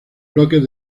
bloques